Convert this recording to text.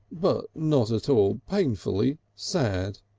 but not at all painfully, sad.